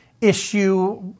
issue